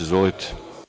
Izvolite.